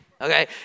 Okay